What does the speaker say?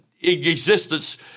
existence